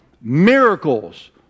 Miracles